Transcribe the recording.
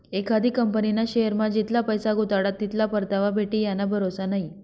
एखादी कंपनीना शेअरमा जितला पैसा गुताडात तितला परतावा भेटी याना भरोसा नै